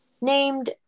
named